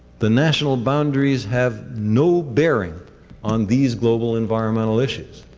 the national boundaries have no bearing on these global environmental issues.